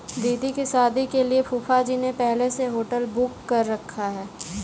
दीदी की शादी के लिए फूफाजी ने पहले से होटल बुक कर रखा है